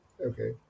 okay